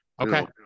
Okay